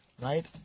Right